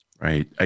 Right